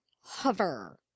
hover